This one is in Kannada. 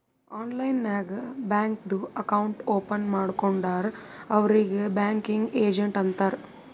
ಆನ್ಲೈನ್ ನಾಗ್ ಬ್ಯಾಂಕ್ದು ಅಕೌಂಟ್ ಓಪನ್ ಮಾಡ್ಕೊಡ್ತಾರ್ ಅವ್ರಿಗ್ ಬ್ಯಾಂಕಿಂಗ್ ಏಜೆಂಟ್ ಅಂತಾರ್